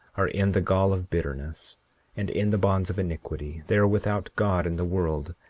are in the gall of bitterness and in the bonds of iniquity they are without god in the world,